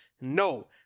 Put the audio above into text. no